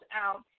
out